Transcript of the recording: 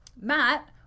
Matt